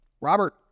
Robert